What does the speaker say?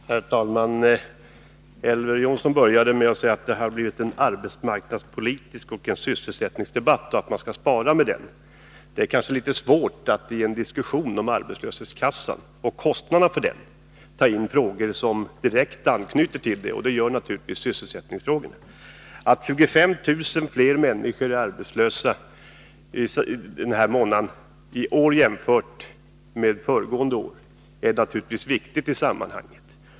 Herr talman! Elver Jonsson började med att säga att det har blivit en arbetsmarknadsoch sysselsättningspolitisk debatt och att vi skall vänta med den. Det är kanske litet svårt att i en diskussion om arbetslöshetskassan och kostnaderna för denna inte ta med frågor som direkt anknyter till detta område, och det gör naturligtvis sysselsättningsfrågorna. Att ytterligare 25 000 människor är arbetslösa den här månaden, jämfört med samma månad föregående år, är självfallet viktigt att framhålla i sammanhanget.